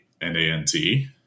N-A-N-T